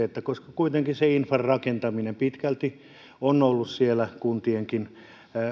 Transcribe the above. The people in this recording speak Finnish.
että kuitenkin infran rakentaminen pitkälti on ollut siellä kuntienkin